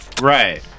Right